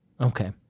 Okay